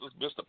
Mr